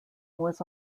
was